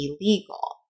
illegal